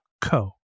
co